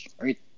right